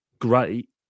great